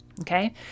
okay